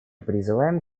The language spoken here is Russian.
призываем